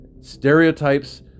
stereotypes